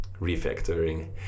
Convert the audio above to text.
refactoring